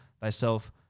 thyself